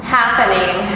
happening